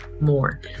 more